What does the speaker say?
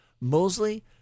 Mosley